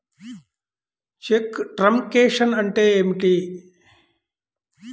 చెక్కు truncation అంటే ఏమిటి?